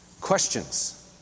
Questions